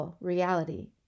reality